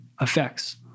effects